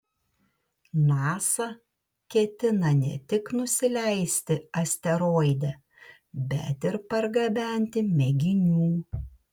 nasa ketina ne tik nusileisti asteroide bet ir pargabenti mėginių